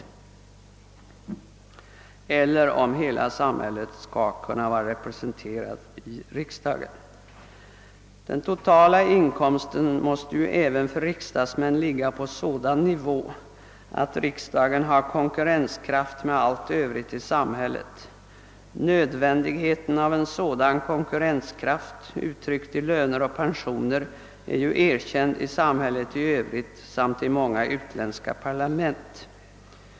Den totala inkomsten måste, även för riksdagsmän, ligga på sådan nivå att riksdagen har konkurrenskraft med andra arbetsgivare i samhället. Nödvändigheten av en sådan konkurrenskraft — uttryckt i löner och pensioner — är erkänd i samhället i övrigt samt i många utländska parlament.